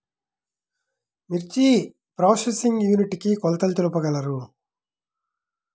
మిర్చి processing unit కి కొలతలు తెలుపగలరు?